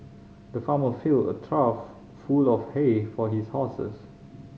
the farmer filled a trough full of hay for his horses